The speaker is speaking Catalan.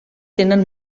tenen